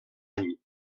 any